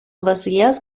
βασιλιάς